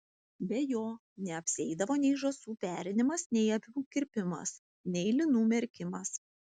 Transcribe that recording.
be jo neapsieidavo nei žąsų perinimas nei avių kirpimas nei linų merkimas